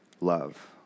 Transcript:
love